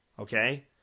Okay